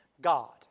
God